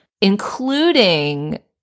including